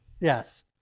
Yes